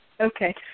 Okay